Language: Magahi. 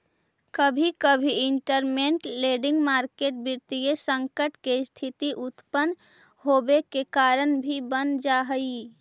कभी कभी इंटरमेंट लैंडिंग मार्केट वित्तीय संकट के स्थिति उत्पन होवे के कारण भी बन जा हई